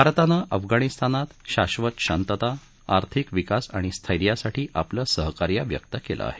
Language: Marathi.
भारतानं अफगाणिस्तनात शाश्वत शांतता आर्थिक विकास आणि स्थैर्यासाठी आपलं सहकार्य व्यक्त केलं आहे